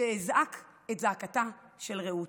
שאזעק את זעקתה של רעות.